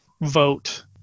Vote